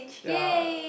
ya